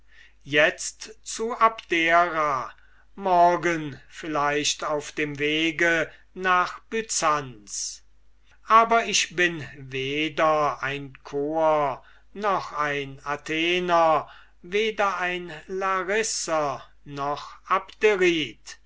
itzt zu abdera morgen vielleicht auf dem wege nach byzanz aber ich bin weder ein coer noch ein athenienser weder ein larisser noch abderite